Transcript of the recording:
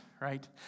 right